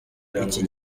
iki